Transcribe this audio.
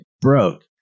broke